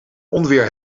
onweer